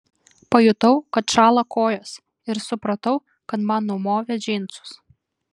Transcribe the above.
pajutau kad šąla kojos ir supratau kad man numovė džinsus